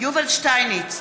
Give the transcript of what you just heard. יובל שטייניץ,